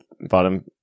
bottom